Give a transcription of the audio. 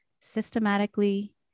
systematically